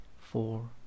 four